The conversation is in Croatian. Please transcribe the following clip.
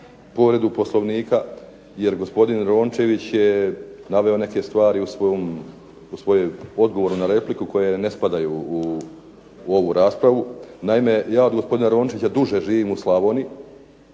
povredu Poslovnika, jer gospodin Rončević je naveo neke stvari u svom odgovoru na repliku koje ne spadaju u ovu raspravu. Naime, ja gospodine Rončević već duže živim u Slavoniji,